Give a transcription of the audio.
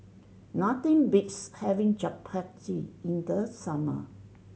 nothing beats having Japchae in the summer